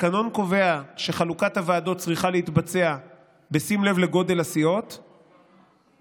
התקנון קובע שחלוקת הוועדות צריכה להתבצע בשים לב לגודל הסיעות והרכבן.